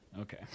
Okay